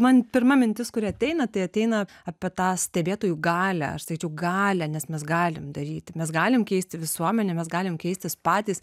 man pirma mintis kuri ateina tai ateina apie tą stebėtojų galią aš sakyčiau galią nes mes galim daryti mes galim keisti visuomenę mes galim keistis patys